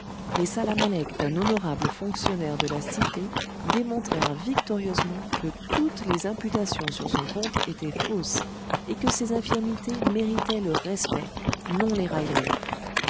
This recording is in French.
les salamalecs d'un honorable fonctionnaire de la cité démontrèrent victorieusement que toutes les imputations sur son compte étaient fausses et que ses infirmités méritaient le respect non les railleries